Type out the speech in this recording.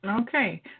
Okay